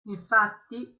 infatti